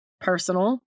personal